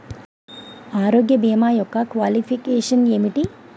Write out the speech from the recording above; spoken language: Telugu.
ఆరోగ్య భీమా యెక్క క్వాలిఫికేషన్ ఎంటి?